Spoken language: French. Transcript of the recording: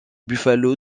buffalo